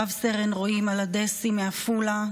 רב-סרן רועי מלדסי מעפולה,